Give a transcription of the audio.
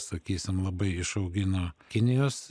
sakysim labai išaugino kinijos